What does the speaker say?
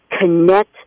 connect